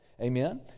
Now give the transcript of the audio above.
Amen